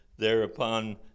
thereupon